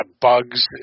bugs